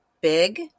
big